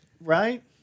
Right